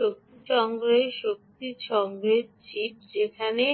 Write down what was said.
শক্তি সংগ্রহের শক্তি সংগ্রহের চিপ যেখানে